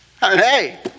Hey